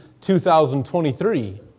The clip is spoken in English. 2023